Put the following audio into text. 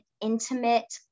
intimate